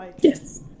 Yes